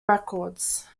records